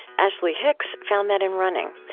ashley hicks found that in running.